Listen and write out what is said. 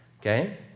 okay